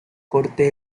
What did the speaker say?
corte